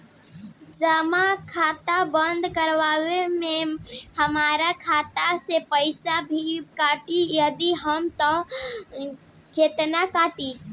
जमा खाता बंद करवावे मे हमरा खाता से पईसा भी कटी यदि हा त केतना कटी?